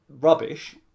rubbish